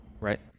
Right